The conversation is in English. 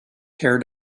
tear